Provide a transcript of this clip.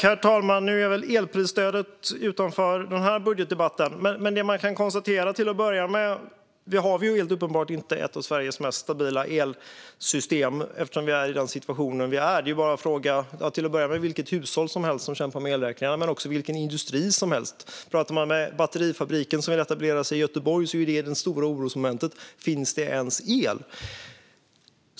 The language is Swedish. Herr talman! Nu ligger väl elprisstödet utanför denna budgetdebatt. Men det man till att börja med kan konstatera är att Sverige helt uppenbart inte har det mest stabila elsystemet, eftersom vi är i den situation som vi är. Det är bara att fråga vilket hushåll men också vilken industri som helst som kämpar med elräkningarna. För batterifabriken, som redan har etablerat sig i Göteborg, är det stora orosmomentet om det ens finns el.